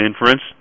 inference